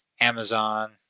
Amazon